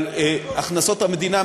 הכנסות המדינה,